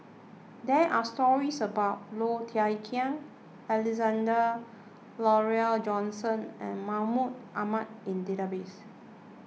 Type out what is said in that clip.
there are stories about Low Thia Khiang Alexander Laurie Johnston and Mahmud Ahmad in database